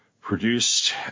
produced